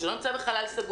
זה לא נמצא בחלל סגור,